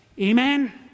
Amen